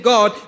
God